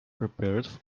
prepared